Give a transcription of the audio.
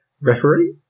Referee